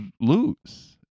lose